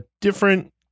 different